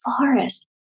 forest